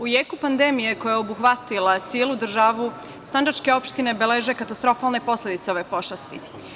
U jeku pandemije koja je obuhvatila celu državu sandžačke opštine beleže katastrofalne posledice ove pošasti.